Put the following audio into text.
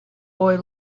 boy